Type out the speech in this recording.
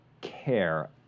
care